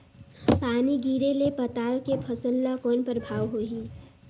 पानी गिरे ले पताल के फसल ल कौन प्रभाव होही?